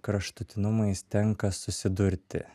kraštutinumais tenka susidurti